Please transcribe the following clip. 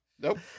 Nope